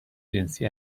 جنسی